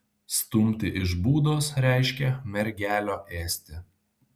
stumti iš būdos reiškė mergelio ėsti